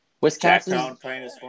Wisconsin